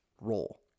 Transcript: role